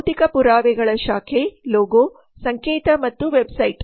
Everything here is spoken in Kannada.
ಭೌತಿಕ ಪುರಾವೆಗಳ ಶಾಖೆ ಲೋಗೊ ಸಂಕೇತ ಮತ್ತು ವೆಬ್ಸೈಟ್